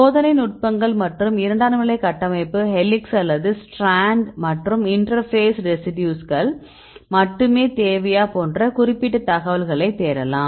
சோதனை நுட்பங்கள் மற்றும் இரண்டாம் நிலை கட்டமைப்பு ஹெலிக்ஸ் அல்லது ஸ்ட்ராண்ட் மற்றும் இன்டெர்பேஸ் ரெசிடியூஸ்கள் மட்டுமே தேவையா போன்ற குறிப்பிட்ட தகவல்களை தேடலாம்